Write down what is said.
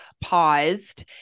paused